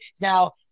Now